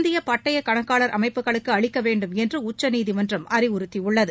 இந்திய பட்டய கணக்காளர் அமைப்புகளுக்கு அளிக்க வேண்டும் என்று உச்சநீதிமன்றம் அறிவுறுத்தியுள்ளது